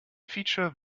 feature